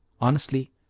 honestly,